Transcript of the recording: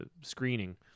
screening